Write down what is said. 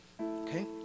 Okay